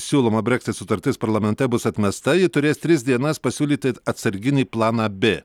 siūloma breksit sutartis parlamente bus atmesta ji turės tris dienas pasiūlyti atsarginį planą b